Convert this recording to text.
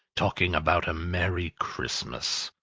talking about a merry christmas.